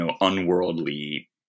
unworldly